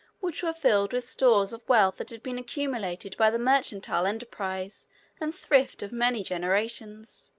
which were filled with stores of wealth that had been accumulated by the mercantile enterprise and thrift of many generations.